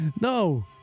No